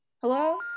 Hello